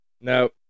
No